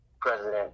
president